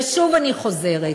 ושוב, אני חוזרת,